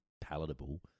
palatable